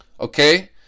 Okay